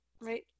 right